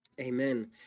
Amen